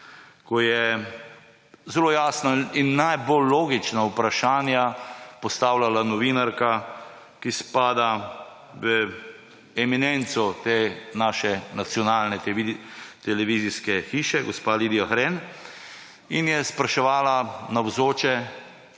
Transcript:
ko je zelo jasna in najbolj logična vprašanja postavljala novinarka, ki spada v eminenco te naše nacionalne televizijske hiše, gospa Lidija Hren. Spraševala je navzoče